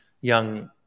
young